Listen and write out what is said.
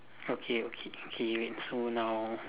okay okay okay wait so now